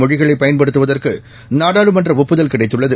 மொழிகளைப் பயன்படுத்துவதற்கு நாடாளுமன்ற ஒப்புதல் கிடைத்துள்ளது